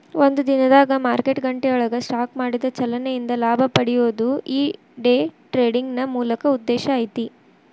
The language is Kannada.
ಒಂದ ದಿನದಾಗ್ ಮಾರ್ಕೆಟ್ ಗಂಟೆಯೊಳಗ ಸ್ಟಾಕ್ ಮಾಡಿದ ಚಲನೆ ಇಂದ ಲಾಭ ಪಡೆಯೊದು ಈ ಡೆ ಟ್ರೆಡಿಂಗಿನ್ ಮೂಲ ಉದ್ದೇಶ ಐತಿ